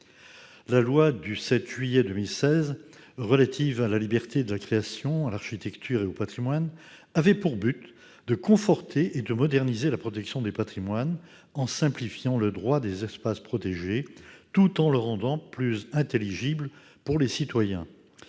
La loi du 7 juillet 2016 relative à la liberté de la création, à l'architecture et au patrimoine avait pour objectif de conforter et de moderniser la protection des patrimoines en simplifiant le droit des espaces protégés, tout en rendant ce dernier plus intelligible pour les citoyens.